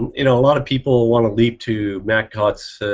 you know? a lot of people wanna leap to matt cutts.